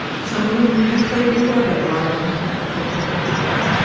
some of them had played before. but a lot of them had never played poker before.